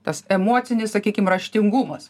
tas emocinis sakykim raštingumas